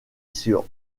sur